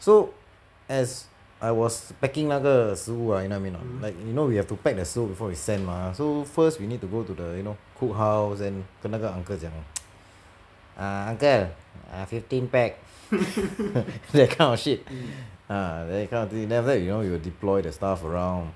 so as I was packing 那个食物 you know what I mean or not you know we have to pack the 食物 before we send mah so first we need to go to the you know cook house then 跟那个 uncle 讲 ah uncle ah fifteen pack that kind of shit ah that kind of thing then after that you know we will deploy the stuff around